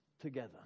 together